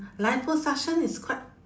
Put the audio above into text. liposuction is quite